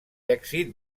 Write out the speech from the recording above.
èxit